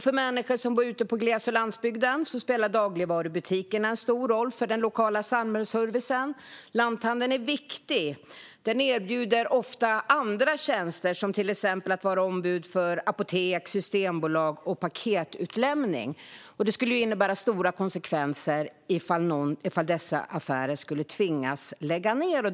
För människor som bor ute på gles och landsbygden spelar dagligvarubutikerna en stor roll för den lokala samhällsservicen. Lanthandeln är viktig. Den erbjuder ofta andra tjänster, till exempel att vara ombud för apotek, Systembolaget och paketutlämning. Det skulle innebära stora konsekvenser om dessa butiker skulle tvingas lägga ned.